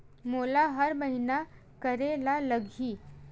मोला हर महीना करे ल लगही?